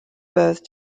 birth